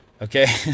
Okay